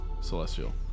celestial